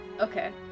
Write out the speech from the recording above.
okay